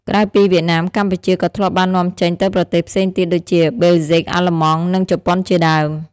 ក្រៅពីវៀតណាម កម្ពុជាក៏ធ្លាប់បាននាំចេញទៅប្រទេសផ្សេងទៀតដូចជា ប៊ែលហ្ស៊ិក អាល្លឺម៉ង់ និងជប៉ុនជាដើម។